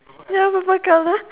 ya purple colour